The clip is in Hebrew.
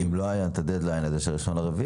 אם לא היה לנו את הדד-ליין של ה-1 באפריל